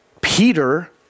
Peter